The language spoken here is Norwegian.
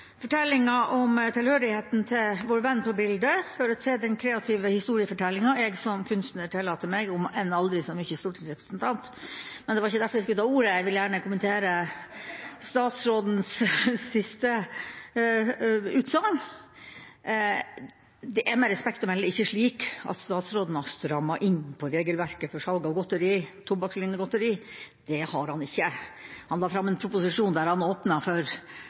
den kreative historiefortellingen jeg som kunstner tillater meg om enn aldri så mye stortingsrepresentant. Men det var ikke derfor jeg tok ordet, jeg ville gjerne kommentere statsrådens siste utsagn. Det er med respekt å melde ikke slik at statsråden har strammet inn på regelverket for salg av tobakkslignende godteri. Det har han ikke, han la fram en proposisjon der han åpnet for